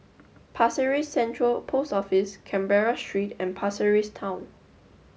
Pasir Ris Central Post Office Canberra Street and Pasir Ris Town